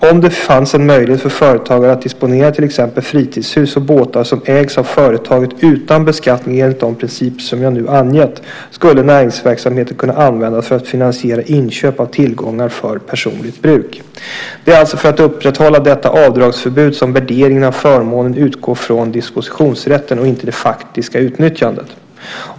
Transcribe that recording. Om det fanns en möjlighet för företagare att disponera till exempel fritidshus och båtar som ägs av företaget utan beskattning enligt de principer som jag nu angett, skulle näringsverksamheten kunna användas för att finansiera inköp av tillgångar för personligt bruk. Det är alltså för att upprätthålla detta avdragsförbud som värderingen av förmånen utgår från dispositionsrätten och inte det faktiska utnyttjandet.